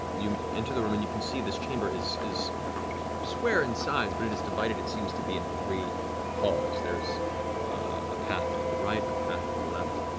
you enter the room and you can see this chamber is is square in size, but it is divided, it seems to be in three halls. there's a path to the right, a path to the left,